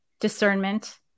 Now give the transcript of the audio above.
discernment